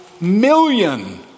million